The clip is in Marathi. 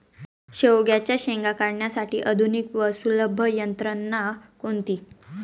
शेवग्याच्या शेंगा काढण्यासाठी आधुनिक व सुलभ यंत्रणा कोणती?